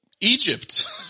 Egypt